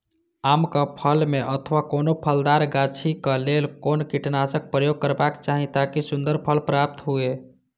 आम क फल में अथवा कोनो फलदार गाछि क लेल कोन कीटनाशक प्रयोग करबाक चाही ताकि सुन्दर फल प्राप्त हुऐ?